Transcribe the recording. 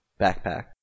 backpack